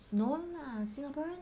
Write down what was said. no lah Singaporean